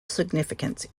significance